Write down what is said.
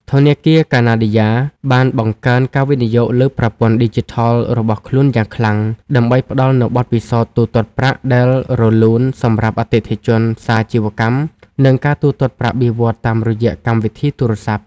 ធនាគារកាណាឌីយ៉ា (Canadia )បានបង្កើនការវិនិយោគលើប្រព័ន្ធឌីជីថលរបស់ខ្លួនយ៉ាងខ្លាំង ដើម្បីផ្ដល់នូវបទពិសោធន៍ទូទាត់ប្រាក់ដែលរលូនសម្រាប់អតិថិជនសាជីវកម្ម និងការទូទាត់ប្រាក់បៀវត្សរ៍តាមរយៈកម្មវិធីទូរស័ព្ទ។